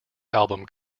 album